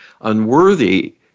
unworthy